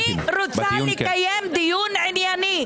להיפך מהאחרים אני רוצה לקיים דיון ענייני.